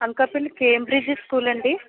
Anakapalli Cambridge school అండీ